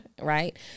Right